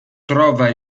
trova